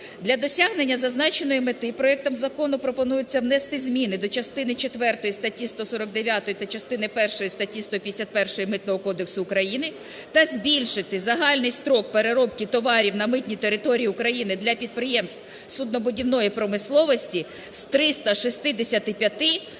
Для досягнення зазначеної мети проектом закону пропонується внести зміни до частини четвертої статті 149 та частини першої статті 151 Митного кодексу України та збільшити загальний строк переробки товарів на митній території України для підприємств суднобудівної промисловості з 365